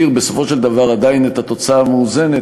בסופו של דבר עדיין יותיר את התוצאה המאוזנת,